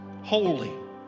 holy